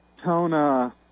Tona